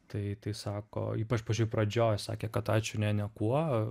tai tai sako ypač pačioj pradžioj sakė kad ačiū ne niekuo